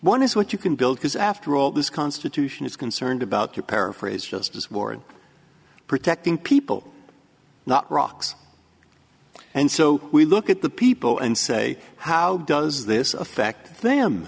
one is what you can build because after all this constitution is concerned about to paraphrase justice ward protecting people not rocks and so we look at the people and say how does this affect them